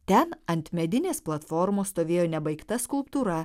ten ant medinės platformos stovėjo nebaigta skulptūra